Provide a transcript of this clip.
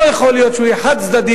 לא יכול להיות שהוא יהיה חד-צדדי,